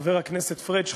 חבר הכנסת פריג',